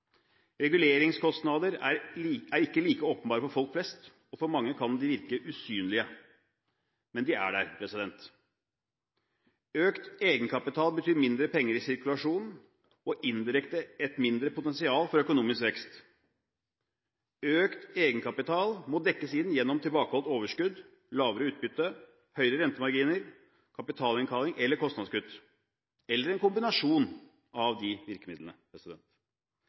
Reguleringskostnader er ikke like åpenbare for folk flest, og for mange kan de virke usynlige, men de er der. Økt egenkapital betyr mindre penger i sirkulasjon og indirekte et mindre potensial for økonomisk vekst. Økt egenkapital må dekkes inn gjennom tilbakeholdt overskudd, lavere utbytte, høyere rentemarginer, kapitalinnkalling eller kostnadskutt, eller en kombinasjon av de virkemidlene.